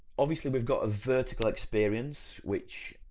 obviously we've got a vertical experience, which,